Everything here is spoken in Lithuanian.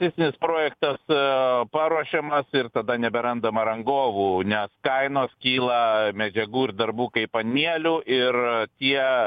investicinis projektas paruošiamas ir tada neberandama rangovų nes kainos kyla medžiagų ir darbų kaip ant mielių ir tie